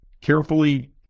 carefully